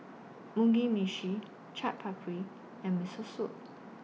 Mugi Meshi Chaat Papri and Miso Soup